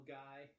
guy